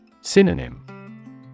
Synonym